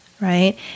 right